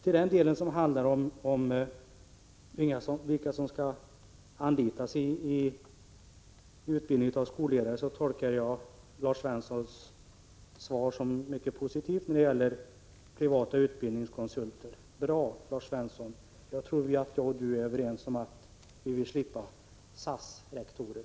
I den del som handlar om vilka som skall anlitas vid utbildning av skolledare tolkar jag Lars Svenssons svar som mycket positivt när det gäller privata utbildningskonsulter. Bra, Lars Svensson! Jag tror att vi är överens om att vi vill slippa SAS-rektorer.